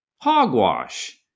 hogwash